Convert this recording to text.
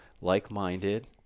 like-minded